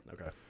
okay